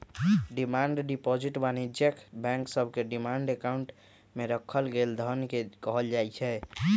demand deposit वाणिज्यिक bank सभके demand account में राखल गेल धन के कहल जाइ छै